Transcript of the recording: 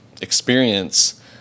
experience